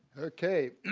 okay.